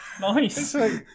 Nice